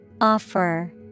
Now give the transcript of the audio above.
Offer